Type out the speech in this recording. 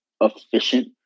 efficient